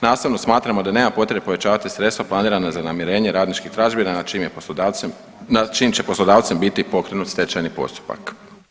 Nastavno smatramo da nema potrebe povećavati sredstva planirana za namirenje radničkih tražbina nad čijim je poslodavcem, nad čijim će poslodavcem biti pokrenut stečajni postupak.